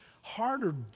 harder